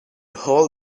hold